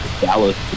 Dallas